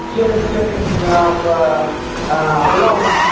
சரி சரிங்க அப்போ அதெல்லாம்